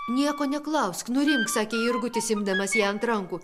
nieko klausk nurimk sakė jurgutis imdamas ją ant rankų